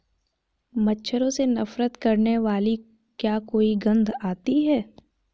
मच्छरों से नफरत करने वाली क्या कोई गंध आती है?